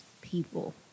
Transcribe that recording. people